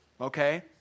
okay